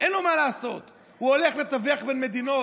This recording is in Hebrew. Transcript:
אין לו מה לעשות, הוא הולך לתווך בין מדינות